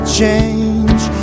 change